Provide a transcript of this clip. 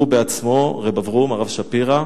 הוא בעצמו, רב אברום, הרב שפירא,